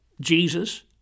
Jesus